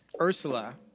Ursula